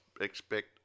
expect